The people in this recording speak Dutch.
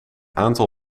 aantal